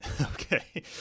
Okay